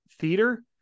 theater